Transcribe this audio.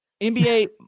NBA